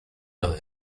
los